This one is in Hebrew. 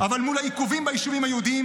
אבל מול העיכובים ביישובים היהודיים